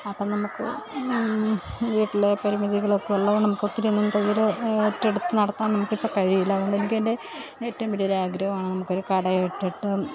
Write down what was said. അപ്പം നമ്മൾക്ക് വീട്ടിലെ പരിമിതികളൊക്കെയുള്ളത് കൊണ്ട് നമുക്ക് ഒത്തിരിയൊന്നും തയ്യൽ ഏറ്റെടുത്ത് നടത്താൻ നമുക്ക് ഇപ്പം കഴിയില്ല അതുകൊണ്ട് എനിക്ക് അതിൻ്റെ ഏറ്റവും വലിയ ഒരു ആഗ്രഹമാണ് നമുക്ക് ഒരു കട ഇട്ടിട്ട്